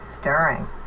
Stirring